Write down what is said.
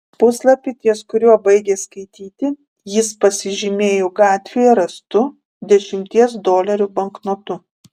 puslapį ties kuriuo baigė skaityti jis pasižymėjo gatvėje rastu dešimties dolerių banknotu